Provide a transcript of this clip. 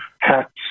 Hats